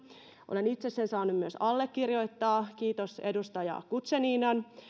olen myös itse sen saanut allekirjoittaa kiitos edustaja guzeninan